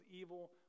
evil